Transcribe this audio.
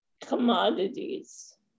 Commodities